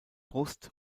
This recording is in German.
brust